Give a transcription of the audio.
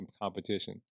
competition